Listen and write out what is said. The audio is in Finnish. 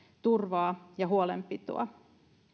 turvaa ja huolenpitoa